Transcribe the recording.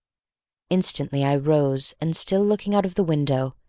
instantly i rose and still looking out of the window,